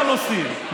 מדברים על הנושאים,